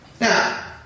Now